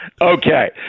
okay